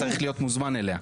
אתה צריך להיות מוזמן אליה.